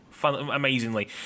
amazingly